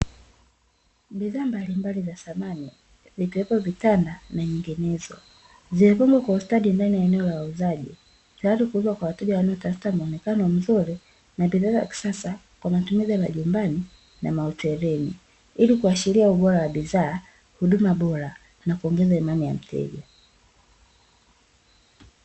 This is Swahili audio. Bidhaa mbalimbali za samani vikiwepo vitanda na nyinginezo, zimepangwa kwa ustadi ndani ya eneo la wauzaji, tayari kuuzwa kwa wateja wanaotafuta mwonekano mzuri na wa kisasa kwa matumizi ya majumbani na mahotelini ili kuashiria ubora wa bidhaa, huduma bora na kuongeza imani ya mteja.